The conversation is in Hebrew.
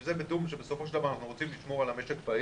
זה בתיאום שבסופו של דבר אנחנו רוצים לשמור על המשק פעיל,